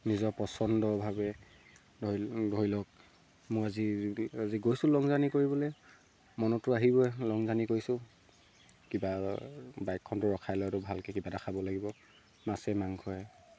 নিজৰ পচন্দভাৱে ধৰি লওক মই আজি আজি গৈছোঁ লং জাৰ্ণি কৰিবলে মনতো আহিবই লং জাৰ্ণি কৰিছোঁ কিবা বাইকখনতো ৰখাই লোৱাতো ভালকে কিবা এটা খাব লাগিব মাছে মাংসয়ে